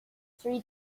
three